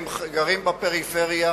הם בפריפריה,